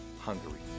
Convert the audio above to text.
hungary